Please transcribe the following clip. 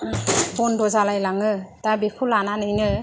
बन्द जालाय लाङो दा बेखौ लानानैनो